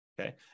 Okay